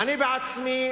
אני עצמי